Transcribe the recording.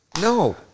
no